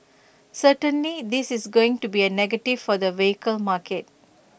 certainly this is going to be A negative for the vehicle market